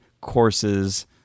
courses